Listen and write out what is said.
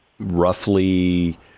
roughly